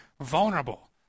vulnerable